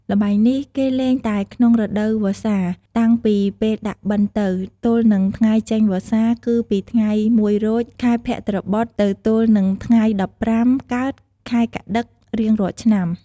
ល្បែងនេះ គេលេងតែក្នុងរដូវវស្សា តាំងពីពេលដាក់បិណ្ឌទៅ ទល់នឹងថ្ងៃចេញវស្សា គឺពីថ្ងៃ ១ រោច ខែភទ្របទ ទៅទល់នឹងថៃ ១៥ កើត ខែកត្តិក រៀងរាល់ឆ្នាំ ។